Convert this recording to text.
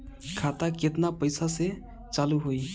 खाता केतना पैसा से चालु होई?